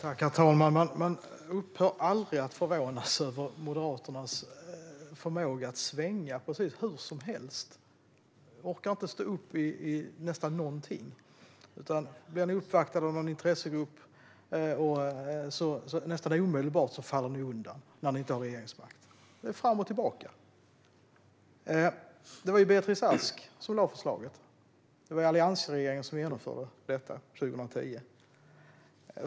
Herr talman! Man upphör aldrig att förvånas över Moderaternas förmåga att svänga precis hur som helst. Ni orkar inte stå upp för nästan någonting, utan blir ni uppvaktade av någon intressegrupp faller ni undan nästan omedelbart när ni inte har regeringsmakt. Det är fram och tillbaka. Det var Beatrice Ask som lade fram förslaget. Det var alliansregeringen som genomförde detta 2010.